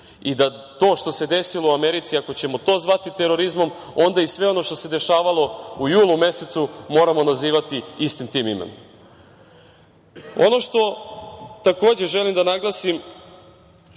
i da to što se desilo u Americi, ako ćemo to zvati terorizmom, onda i sve ono što se dešavalo u julu mesecu moramo nazivati istim tim imenom. Ono što, takođe, želim da naglasim,